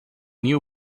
new